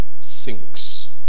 sinks